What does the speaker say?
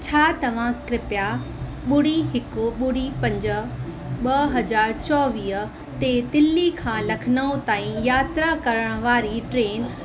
छा तव्हां कृपा ॿुड़ी हिकु ॿुड़ी पंज ॿ हज़ार चोवीह ते दिल्ली खां लखनऊ ताईं यात्रा करण वारी ट्रेन